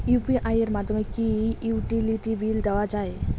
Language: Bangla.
ইউ.পি.আই এর মাধ্যমে কি ইউটিলিটি বিল দেওয়া যায়?